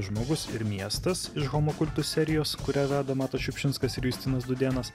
žmogus ir miestas iš homokultus serijos kurią veda matas šiupšinskas ir justinas dūdėnas